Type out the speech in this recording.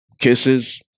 kisses